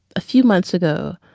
a few months ago,